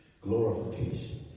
glorification